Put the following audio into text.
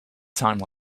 time